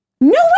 No